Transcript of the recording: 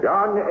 John